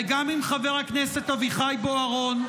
וגם עם חבר הכנסת אביחי בוארון,